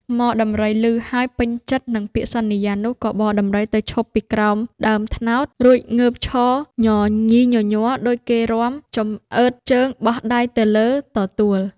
ហ្មដំរី ឮហើយពេញចិត្តនឹងពាក្យសន្យានោះ ក៏បរដំរីទៅឈប់ពីក្រោមដើមត្នោត រួចងើបឈរញញីញញ័រដូចគេរាំ ចំអើតជើង បោះដៃទៅលើទទួល។